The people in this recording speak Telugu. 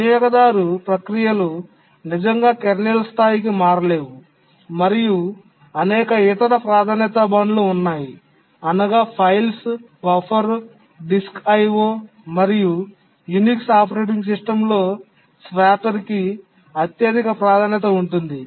వినియోగదారు ప్రక్రియలు నిజంగా కెర్నల్ స్థాయికి మారలేవు మరియు అనేక ఇతర ప్రాధాన్యత బ్యాండ్లు ఉన్నాయి అనగా ఫైల్స్ బఫర్ డిస్క్ IO మరియు యునిక్స్ ఆపరేటింగ్ సిస్టమ్లో స్వాపెర్ కి అత్యధిక ప్రాధాన్యత ఉంటుంది